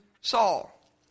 Saul